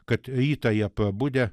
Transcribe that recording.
kad rytą jie pabudę